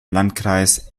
landkreis